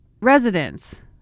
residents